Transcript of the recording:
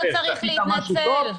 לא צריך להתנצל,